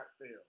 fail